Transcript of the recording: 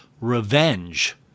Revenge